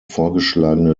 vorgeschlagene